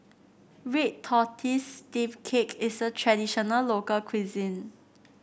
Red Tortoise Steamed Cake is a traditional local cuisine